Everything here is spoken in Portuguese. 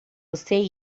você